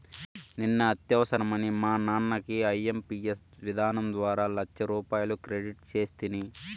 నిన్న అత్యవసరమని మా నాన్నకి ఐఎంపియస్ విధానం ద్వారా లచ్చరూపాయలు క్రెడిట్ సేస్తిని